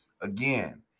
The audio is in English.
again